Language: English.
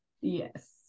Yes